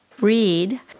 read